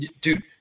dude